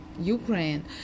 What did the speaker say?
Ukraine